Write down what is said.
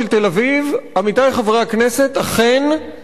אכן קיימת היום מדורה.